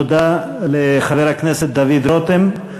תודה לחבר הכנסת דוד רותם.